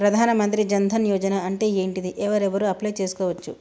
ప్రధాన మంత్రి జన్ ధన్ యోజన అంటే ఏంటిది? ఎవరెవరు అప్లయ్ చేస్కోవచ్చు?